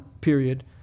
period